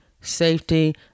safety